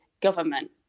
government